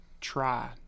try